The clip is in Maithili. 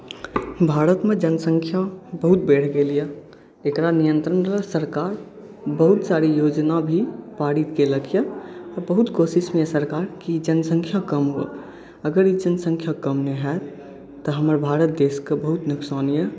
भारतमे जनसँख्या बहुत बढ़ि गेल यए एकरा नियन्त्रण लेल सरकार बहुत सारी योजना भी पारित केलक यए बहुत कोशिशमे यए सरकार कि जनसँख्या कम हो अगर ई जनसँख्या कम नहि हैत तऽ हमर भारत देशके बहुत नुकसान यए